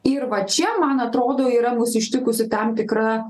ir va čia man atrodo yra mus ištikusi tam tikra